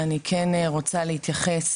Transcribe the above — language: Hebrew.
אני כן רוצה להתייחס